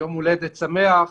יום הולדת שמח.